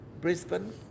Brisbane